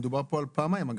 מדובר על פעמיים הגשה.